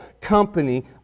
company